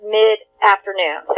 mid-afternoon